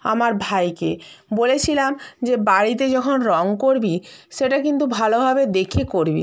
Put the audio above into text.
আমার ভাইকে বলেছিলাম যে বাড়িতে যখন রঙ করবি সেটা কিন্তু ভালোভাবে দেখে করবি